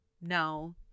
No